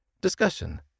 Discussion